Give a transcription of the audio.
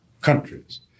countries